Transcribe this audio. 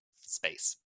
space